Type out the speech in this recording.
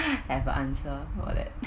have a answer for that